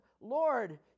Lord